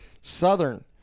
Southern